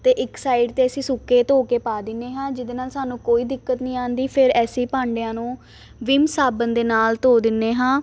ਅਤੇ ਇੱਕ ਸਾਈਡ 'ਤੇ ਅਸੀਂ ਸੁੱਕੇ ਧੋ ਕੇ ਪਾ ਦਿੰਦੇ ਹਾਂ ਜਿਹਦੇ ਨਾਲ ਸਾਨੂੰ ਕੋਈ ਦਿੱਕਤ ਨਹੀਂ ਆਉਂਦੀ ਫਿਰ ਅਸੀਂ ਭਾਂਡਿਆਂ ਨੂੰ ਵਿਮ ਸਾਬਣ ਦੇ ਨਾਲ ਧੋ ਦਿੰਦੇ ਹਾਂ